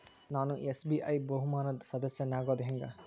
ನಾನು ಎಸ್.ಬಿ.ಐ ಬಹುಮಾನದ್ ಸದಸ್ಯನಾಗೋದ್ ಹೆಂಗ?